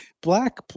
black